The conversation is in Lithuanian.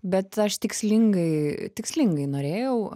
bet aš tikslingai tikslingai norėjau